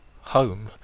home